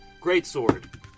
greatsword